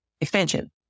expansion